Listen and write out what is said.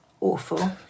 Awful